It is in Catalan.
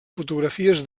fotografies